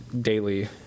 daily